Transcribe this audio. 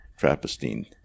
Trappistine